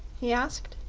he asked.